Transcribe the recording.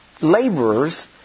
laborers